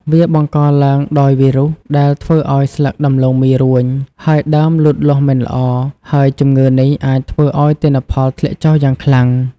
វាបង្កឡើងដោយវីរុស ដែលធ្វើឱ្យស្លឹកដំឡូងមីរួញ ហើយដើមលូតលាស់មិនល្អ ហើយជំងឺនេះអាចធ្វើឱ្យទិន្នផលធ្លាក់ចុះយ៉ាងខ្លាំង។